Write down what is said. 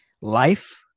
life